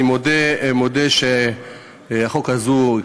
אני מודה שהחוק הזה הוא,